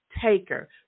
taker